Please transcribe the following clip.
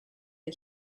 der